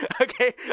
okay